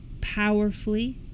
powerfully